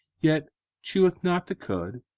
yet cheweth not the cud,